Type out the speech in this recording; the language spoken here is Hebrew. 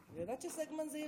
ידעת שסגמן זה עיראקי?